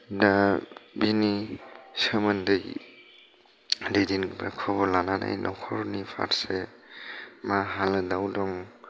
दा बिनि सोमोन्दै दैदेनगिरिफ्रा खबर लानानै नखरनि फारसे मा हालोदाव दं